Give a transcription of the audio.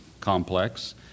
Complex